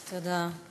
תודה.